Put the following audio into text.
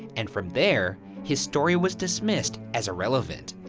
and from there, his story was dismissed as irrelevant.